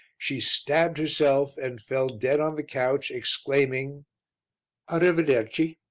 she stabbed herself and fell dead on the couch, exclaiming a rivederci.